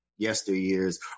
yesteryears